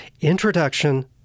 Introduction